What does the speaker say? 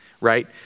right